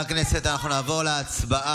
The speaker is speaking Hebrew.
חברי הכנסת, אנחנו נעבור להצבעה,